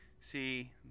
See